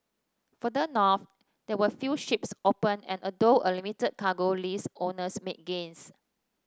further north there were few ships open and although a limited cargo list owners made gains